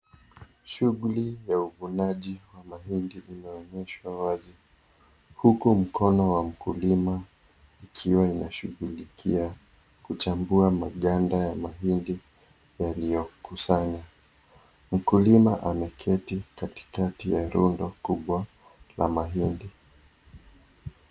Shughuli ya uvunaji wa mahindi unaonyeshwa wazi huku mkono wa mkulima ikiwa inashughulikia kuchambua maganda ya mahindi yaliyokusanya. Mkulima ameketi katikati ya rundo kubwa la mahindi.